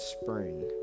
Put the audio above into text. spring